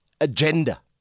agenda